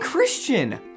Christian